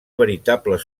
veritables